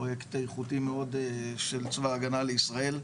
פרויקט איכותי מאד של צבא ההגנה לישראל.